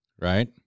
right